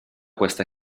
questa